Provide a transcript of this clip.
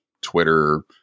Twitter